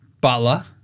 Butler